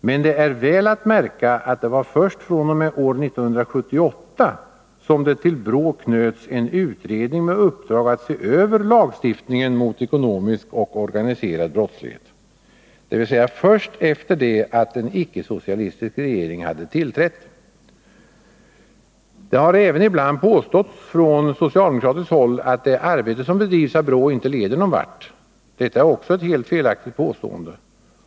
Men det är väl att märka att det var först fr.o.m. år 1978 som det till BRÅ knöts en utredning med uppdrag att se över lagstiftningen mot ekonomisk och organiserad brottslighet, dvs. först efter det att en icke-socialistisk regering hade tillträtt. Det har även ibland påståtts från socialdemokratiskt håll att det arbete som bedrivs av BRÅ inte leder någon vart. Detta är också ett helt felaktigt påstående.